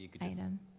item